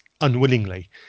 unwillingly